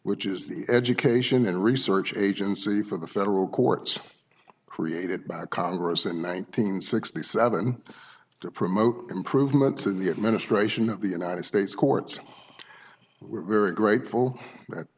which is the education and research agency for the federal courts created by congress in one nine hundred sixty seven to promote improvements in the administration of the united states courts we're very grateful that